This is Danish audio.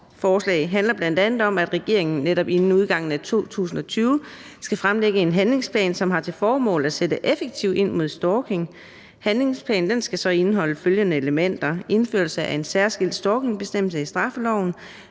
forslag handler bl.a. om, at regeringen netop inden udgangen af 2020 skal fremlægge en handlingsplan, som har til formål at sætte effektivt ind mod stalking. Handlingsplanen skal så indeholde følgende elementer: indførelse af en særskilt stalkingbestemmelse i straffeloven